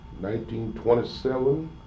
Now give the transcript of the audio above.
1927